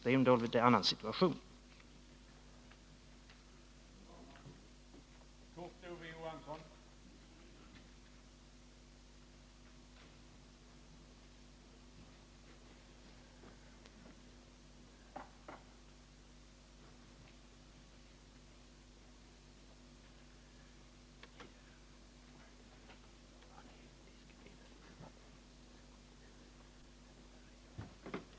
Där var ju situationen en annan.